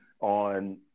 On